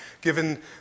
given